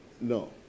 No